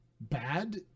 Bad